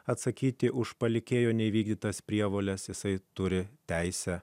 atsakyti už palikėjo neįvykdytas prievoles jisai turi teisę